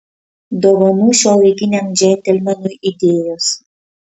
dovanų šiuolaikiniam džentelmenui idėjos